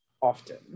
often